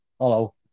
Hello